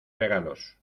regalos